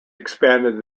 expanded